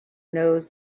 knows